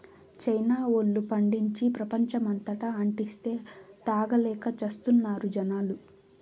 China వోల్లు పండించి, ప్రపంచమంతటా అంటిస్తే, తాగలేక చస్తున్నారు జనాలు